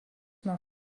nuo